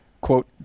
Quote